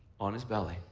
on his belly.